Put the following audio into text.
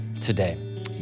today